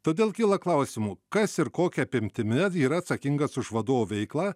todėl kyla klausimų kas ir kokia apimtimi yra atsakingas už vadovo veiklą